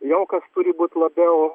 jau kas turi būt labiau